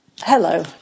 Hello